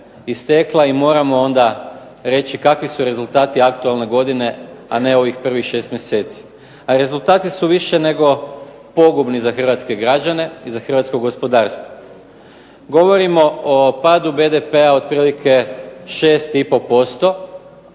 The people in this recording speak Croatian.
istekla i moramo onda reći kakvi su rezultati aktualne godine, a ne ovih prvih 6 mjeseci. A rezultati su više nego pogubni za hrvatske građane i za hrvatsko gospodarstvo. Govorimo o padu BDP-a otprilike 6,5%